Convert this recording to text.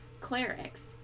clerics